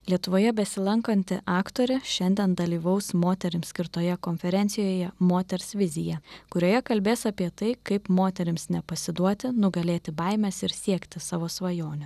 lietuvoje besilankanti aktorė šiandien dalyvaus moterims skirtoje konferencijoje moters vizija kurioje kalbės apie tai kaip moterims nepasiduoti nugalėti baimes ir siekti savo svajonių